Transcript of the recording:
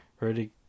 ready